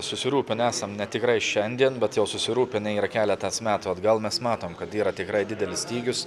susirūpinę esam ne tikrai šiandien bet jau susirūpinę yra keletas metų atgal mes matom kad yra tikrai didelis stygius